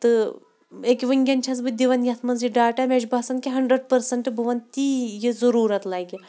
تہٕ ییٚکیٛاہ وٕنۍکٮ۪ن چھَس بہٕ دِوان یَتھ منٛز یہِ ڈاٹا مےٚ چھُ باسان کہِ ہَنٛڈرَنٛڈ پٔرسَنٛٹ بہٕ وَنہٕ تی یہِ ضٔروٗرت لَگہِ